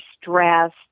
stressed